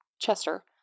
Chester